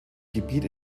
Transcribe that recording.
gebiet